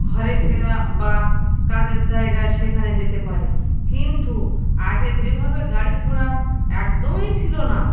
ঘরে ফেরা বা কাজের জায়গায় সেখানে যেতে পারে কিন্তু আগে যেভাবে গাড়িঘোড়া একদমই ছিল না